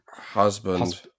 husband